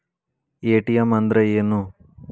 ATM ಅಂದ್ರ ಏನು?